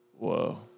Whoa